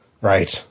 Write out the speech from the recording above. Right